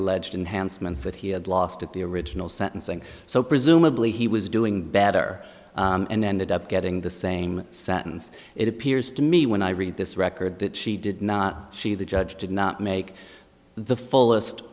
alleged enhanced months that he had lost at the original sentencing so presumably he was doing better and ended up getting the same sentence it appears to me when i read this record that she did not she the judge did not make the fullest